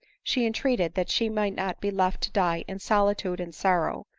she entreated that she might not be left to die in solitude and sorrow,